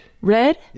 Red